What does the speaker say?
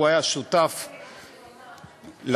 שהוא היה שותף לחוק,